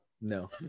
No